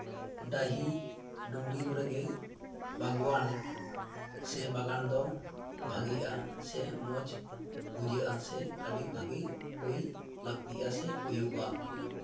ᱰᱟᱹᱦᱤ ᱰᱩᱝᱨᱤ ᱠᱚᱨᱮᱜᱮ ᱵᱟᱜᱽᱣᱟᱱ ᱥᱮ ᱵᱟᱜᱟᱱ ᱫᱚ ᱵᱷᱟᱹᱜᱤᱜᱼᱟ ᱥᱮ ᱢᱚᱡᱽ ᱵᱩᱡᱷᱟᱹᱜᱼᱟ ᱥᱮ ᱟᱹᱰᱤ ᱵᱷᱟᱜᱮ ᱦᱩᱭ ᱞᱟᱹᱠᱛᱤᱜᱼᱟ ᱥᱮ ᱦᱩᱭᱩᱜᱼᱟ